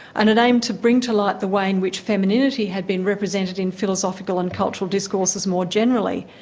and an aim to bring to light the way in which femininity had been represented in philosophical and cultural discourses more generally,